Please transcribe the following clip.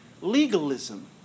legalism